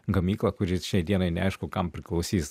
gamyklą kuri šiai dienai neaišku kam priklausys